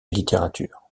littérature